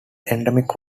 endemic